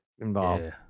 involved